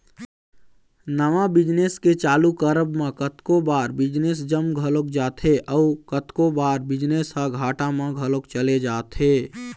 नवा बिजनेस के चालू करब म कतको बार बिजनेस जम घलोक जाथे अउ कतको बार बिजनेस ह घाटा म घलोक चले जाथे